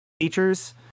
features